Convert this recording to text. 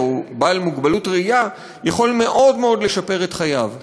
או עם מוגבלות ראייה יכול מאוד מאוד לשפר את חייו.